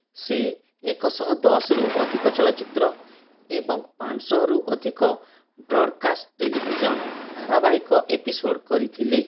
ସେ ଏକଶହ ଦଶରୁ ଅଧିକ ଚଳଚ୍ଚିତ୍ର ଏବଂ ପାଞ୍ଚଶହରୁ ଅଧିକ ବ୍ରଡ଼୍କାଷ୍ଟ ଟେଲିଭିଜନ ଧାରାବାହିକ ଏପିସୋଡ଼୍ କରିଥିଲେ